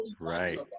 right